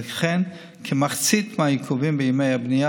ולכן כמחצית מהעיכובים בימי הבנייה,